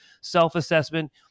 self-assessment